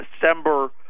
December